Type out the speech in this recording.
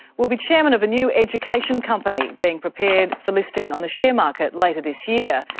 will be chairman of a new education company being prepared for listing on the share market later this year.